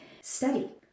study